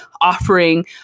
offering